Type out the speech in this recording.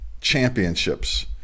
Championships